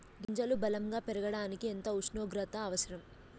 గింజలు బలం గా పెరగడానికి ఎంత ఉష్ణోగ్రత అవసరం?